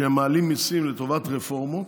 שהם מעלים מיסים לטובת רפורמות,